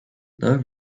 low